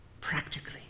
practically